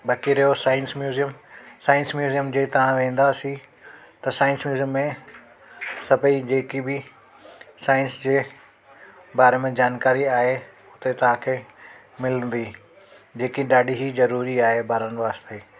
बाक़ी रहियो science museum science museum जे तव्हां वेंदासीं त साइंस म्यूज़ियम में सभई जेकि बि साइंस जे बारे में ज़ानकारी आहे उते तव्हांखे मिलंदी जेकि ॾाढी ई जरूरी आहे ॿारनि वास्ते